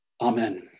Amen